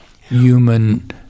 human